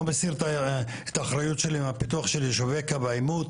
לא מסיר את האחריות שלי מהפיתוח של יישובי קו העימות,